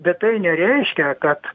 bet tai nereiškia kad